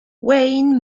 wynne